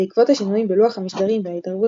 בעקבות השינויים בלוח המשדרים וההתערבות